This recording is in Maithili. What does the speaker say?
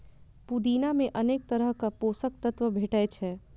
पुदीना मे अनेक तरहक पोषक तत्व भेटै छै